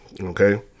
Okay